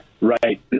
Right